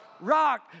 rock